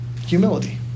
Humility